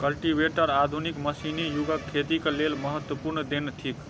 cultivator आधुनिक मशीनी युगक खेतीक लेल महत्वपूर्ण देन थिक